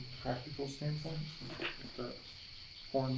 practical standpoint, if the horn